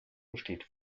besteht